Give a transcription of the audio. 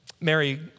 Mary